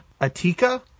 Atika